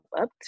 up